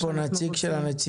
יש פה נציג של הנציבות?